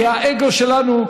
כי האגו שלנו,